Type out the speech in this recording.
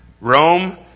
Rome